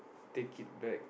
take it back